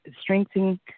strengthening